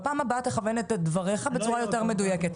בפעם הבאה תכוון את דבריך בצורה יותר מדויקת.